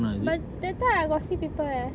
but that time I got see people eh